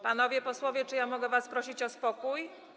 Panowie posłowie, czy ja mogę was prosić o spokój?